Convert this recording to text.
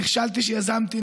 נכשלתי שיזמתי,